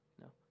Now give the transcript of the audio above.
no